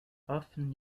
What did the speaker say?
often